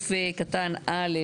שבסעיף קטן 4(א)